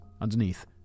underneath